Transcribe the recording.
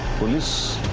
police